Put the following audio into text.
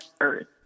earth